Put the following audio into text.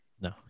No